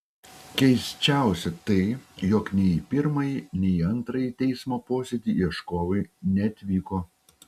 keisčiausia tai jog nei į pirmąjį nei į antrąjį teismo posėdį ieškovai neatvyko